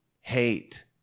hate